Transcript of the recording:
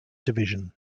division